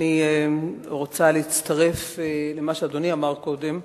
אני רוצה להצטרף למה שאדוני אמר קודם,